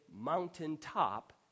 mountaintop